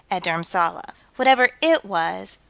at dhurmsalla. whatever it was,